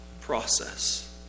Process